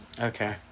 Okay